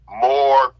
more